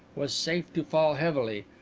was safe to fall heavily,